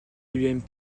l’ump